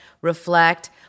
Reflect